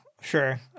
sure